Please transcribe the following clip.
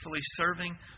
serving